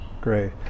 Great